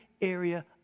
area